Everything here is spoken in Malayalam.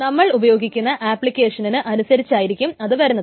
നമ്മൾ ഉപയോഗിക്കുന്ന ആപ്ലിക്കേഷനിനു അനുസരിച്ചായിരിക്കും ഇത് വരുന്നത്